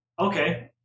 okay